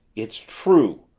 it's true!